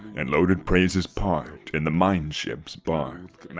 and loaded praises part in the mine ships barred.